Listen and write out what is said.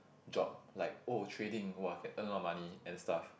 job like oh trading !wah! can earn a lot of money and stuff